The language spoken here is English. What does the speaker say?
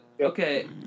Okay